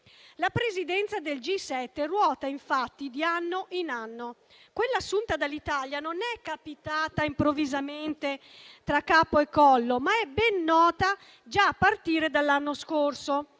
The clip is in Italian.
La Presidenza del G7 ruota, infatti, di anno in anno; quella assunta dall'Italia non è capitata improvvisamente tra capo e collo, ma è ben nota già a partire dall'anno scorso.